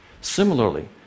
Similarly